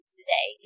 today